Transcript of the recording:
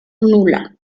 nula